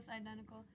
identical